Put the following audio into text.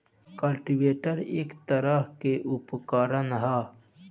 cultivator एक तरह के उपकरण ह